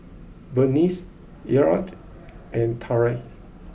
Berniece Elliott and Tyrell